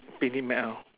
picnic mat ah